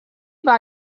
war